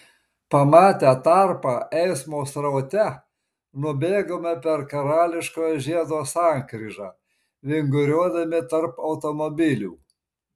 pamatę tarpą eismo sraute nubėgome per karališkojo žiedo sankryžą vinguriuodami tarp automobilių